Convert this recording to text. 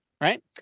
right